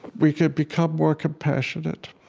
we can become more compassionate.